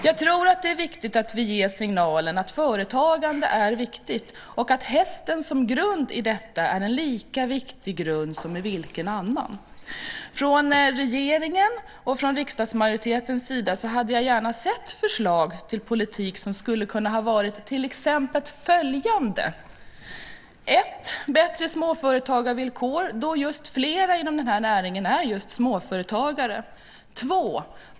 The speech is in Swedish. Jag tror att det är viktigt att vi ger signalen att företagande är viktigt och att hästen som grund i detta är en lika viktig grund som vilken som helst annan. Jag hade gärna sett förslag från regeringens och riksdagsmajoritetens sida som skulle kunna ha varit följande: 1. Bättre småföretagarvillkor, då många i den här näringen är just småföretagare. 2.